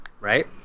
right